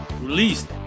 released